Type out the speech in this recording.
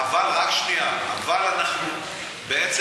באופן פורמלי הוא נמצא,